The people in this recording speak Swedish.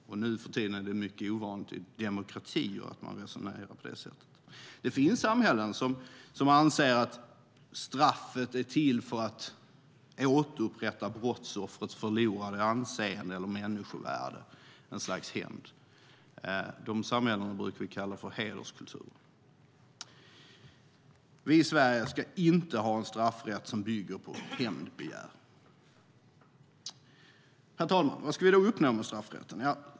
Nuförtiden är det mycket ovanligt i demokratier att man resonerar på det sättet. Det finns samhällen där man anser att straffet är till för att återupprätta brottsoffrets förlorade anseende eller människovärde, ett slags hämnd. De samhällena brukar vi kalla för hederskulturer. Vi i Sverige ska inte ha en straffrätt som bygger på hämndbegär. Herr talman! Vad vill vi då uppnå med straffrätten?